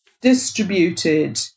distributed